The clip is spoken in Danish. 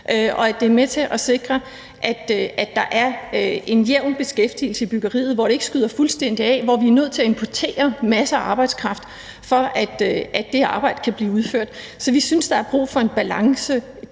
og at det er med til at sikre, at der er en jævn beskæftigelse i byggeriet, hvor det ikke stikker fuldstændig af og vi ville blive nødt til at importere masser af arbejdskraft, for at det arbejde kan blive udført? Så vi synes, at der er brug for en balance dér.